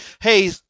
hey